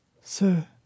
Sir